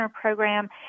program